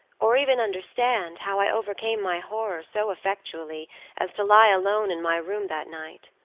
or even understand, how i overcame my horror so effectually as to lie alone in my room that night.